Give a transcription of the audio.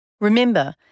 Remember